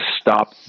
stop